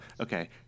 Okay